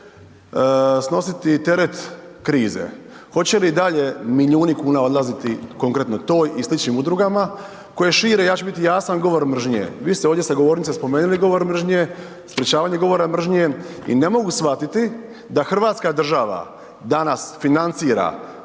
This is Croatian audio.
snositi teret krize? Hoće li i dalje milijuni kuna odlaziti konkretno toj i sličnim udrugama koje šire, ja ću biti jasan, govor mržnje. Vi ste ovdje sa govornice spomenuli govor mržnje, sprečavanje govora mržnje i ne mogu shvatiti da hrvatska država danas financira